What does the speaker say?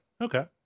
okay